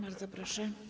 Bardzo proszę.